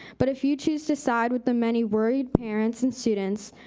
but if you choose to side with the many worried parents and students,